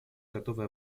готовы